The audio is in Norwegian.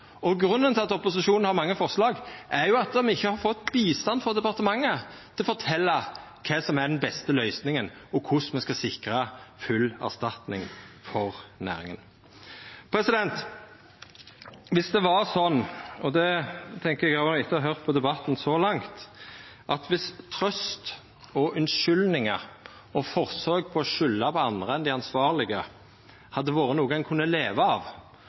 erstatning. Grunnen til at opposisjonen har mange forslag, er jo at ein ikkje har fått bistand frå departementet til å fortelja kva som er den beste løysinga, og korleis me skal sikra full erstatning for næringa. Viss det var slik – det tenkjer eg etter å ha høyrt på debatten så langt – at trøyst, unnskyldningar og forsøk på å skulda på andre enn dei ansvarlege hadde vore noko ein kunne leva av,